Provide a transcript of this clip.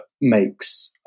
makes